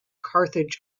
carthage